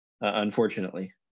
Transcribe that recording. unfortunately